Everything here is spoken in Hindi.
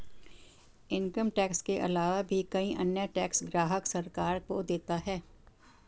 इनकम टैक्स के आलावा भी कई अन्य टैक्स ग्राहक सरकार को देता है